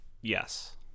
Yes